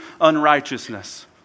unrighteousness